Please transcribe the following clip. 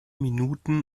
minuten